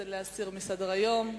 זה להסיר מסדר-היום.